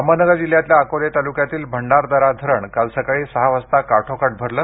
अहमदनगर जिल्ह्यातल्या अकोले तालुक्यातील भंडारादरा धरण काल सकाळी सहा वाजता काठोकाठ भरलं